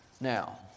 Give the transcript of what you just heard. Now